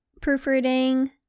proofreading